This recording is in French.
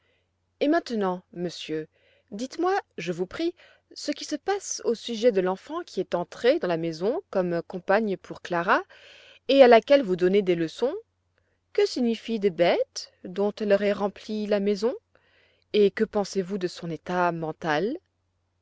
et maintenant monsieur dites-moi je vous prie ce qui se passe au sujet de l'enfant qui est entrée dans la maison comme compagne pour clara et à laquelle vous donnez des leçons que signifient des bêtes dont elle aurait rempli la maison et que pensez-vous de son état mental